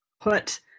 put